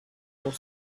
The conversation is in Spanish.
los